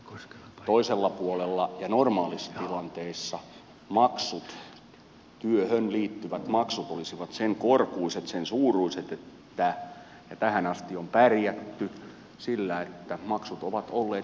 toisella puolella ja normaalissa tilanteessa työhön liittyvät maksut olisivat sen korkuiset sen suuruiset että ne riittävät ja tähän asti on pärjätty niin